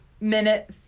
minute